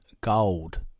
gold